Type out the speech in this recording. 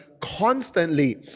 constantly